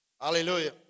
Hallelujah